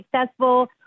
successful